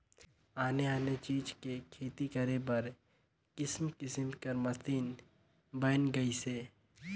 आने आने चीज के खेती करे बर किसम किसम कर मसीन बयन गइसे